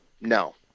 No